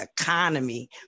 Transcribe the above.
economy